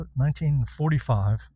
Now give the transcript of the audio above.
1945